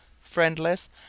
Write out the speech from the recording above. friendless